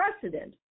precedent